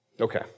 Okay